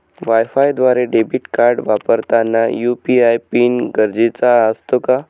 वायफायद्वारे debit card वापरताना UPI pin गरजेचा असतो का?